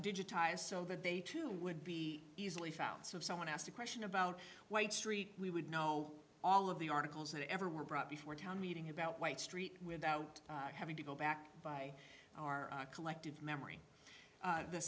digitized so that they too would be easily found so if someone asked a question about white street we would know all of the articles that ever were brought before a town meeting about white street without having to go back by our collective memory of the